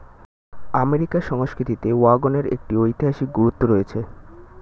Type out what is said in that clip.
আমেরিকার সংস্কৃতিতে ওয়াগনের একটি ঐতিহাসিক গুরুত্ব রয়েছে